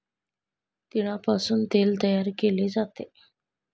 तिळापासून तेल तयार केले जाते